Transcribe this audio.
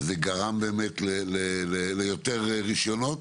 זה גרם באמת ליותר רישיונות?